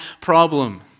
problem